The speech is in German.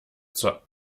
zur